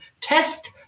test